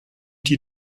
die